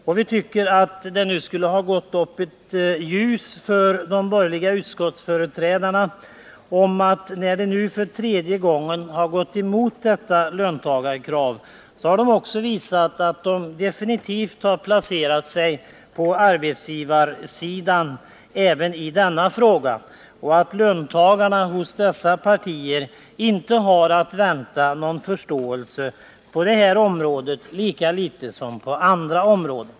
Och vi tycker att det nu skulle ha gått upp ett ljus för de borgerliga utskottsföreträdarna om att de, när de nu för tredje gången har gått emot detta löntagarkrav, nu definitivt har placerat sig på arbetsgivarsidan även i denna fråga. Löntagarna har hos dessa partier inte att vänta någon förståelse på det här området, lika litet som på andra områden.